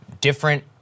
different